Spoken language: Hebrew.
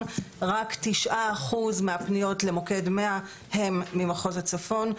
ורק 9% מהפניות למוקד 100 הם ממחוז הצפון,